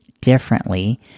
differently